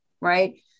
Right